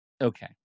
Okay